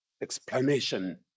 Explanation